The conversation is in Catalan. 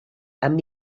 amb